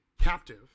captive